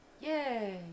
Yay